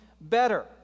better